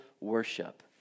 worship